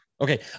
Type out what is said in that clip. Okay